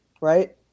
right